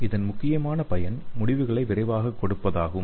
இதன் முக்கியமான பயன் முடிவுகளை விரைவாக கொடுப்பதாகும்